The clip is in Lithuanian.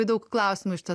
daug klausimų iš to